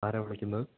ആരാണ് വിളിക്കുന്നത്